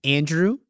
Andrew